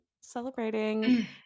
celebrating